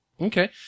Okay